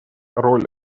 роль